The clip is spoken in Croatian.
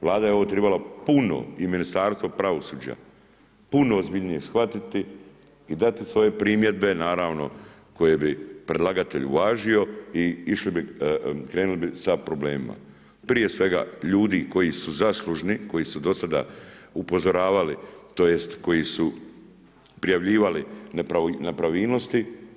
Vlada je ovo trebala puno i Ministarstvo pravosuđa, puno ozbiljnije shvatiti i dati svoje primjedbe, naravno koji bi predlagatelj uvažio i krenuli bi sa problemima prije svega, ljudi koji su zaslužni, koji su dosada upozoravali tj. koji su prijavljivali nepravilnosti.